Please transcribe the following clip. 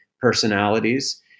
personalities